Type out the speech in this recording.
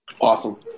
Awesome